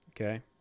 okay